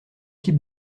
type